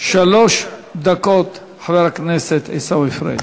שלוש דקות, חבר הכנסת עיסאווי פריג'.